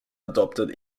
adapted